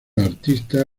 artista